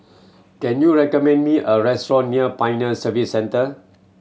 can you recommend me a restaurant near Pioneer Service Centre